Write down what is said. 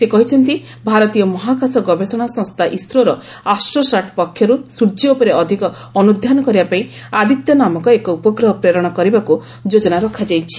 ସେ କହିଛନ୍ତି ଭାରତୀୟ ମହାକାଶ ଗବେଷଣା ସଂସ୍ଥା ଇସ୍ରୋର ଆଷ୍ଟ୍ରୋସାଟ୍ ପକ୍ଷରୁ ସ୍ୱର୍ଯ୍ୟ ଉପରେ ଅଧିକ ଅନୁଧ୍ୟାନ କରିବା ପାଇଁ ଆଦିତ୍ୟ ନାମକ ଏକ ଉପଗ୍ରହ ପ୍ରେରଣ କରିବାକୁ ଯୋଜନା ରଖାଯାଇଛି